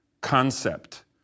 concept